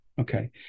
Okay